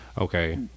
Okay